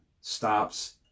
stops